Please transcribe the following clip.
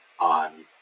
on